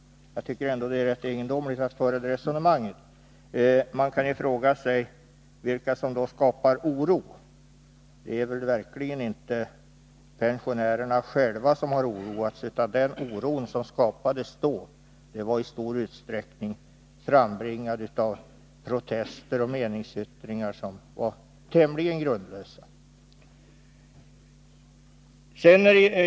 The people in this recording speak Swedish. Jag tycker ändå att det är egendomligt att föra ett sådant här resonemang. Man kan fråga sig: vilka är det som skapar oro? Det är verkligen inte pensionärerna själva som har medverkat till att skapa oro, utan oron var i stor utsträckning frambringad av protester och meningsyttringar som var tämligen grundlösa.